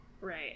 Right